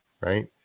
right